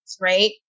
right